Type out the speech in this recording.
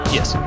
Yes